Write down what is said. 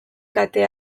kate